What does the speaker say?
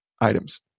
items